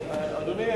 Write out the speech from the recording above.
אדוני,